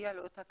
מגיע לו הכבוד